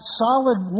solid